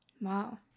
Wow